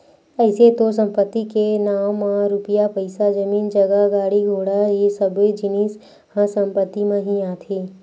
अइसे तो संपत्ति के नांव म रुपया पइसा, जमीन जगा, गाड़ी घोड़ा ये सब्बो जिनिस ह संपत्ति म ही आथे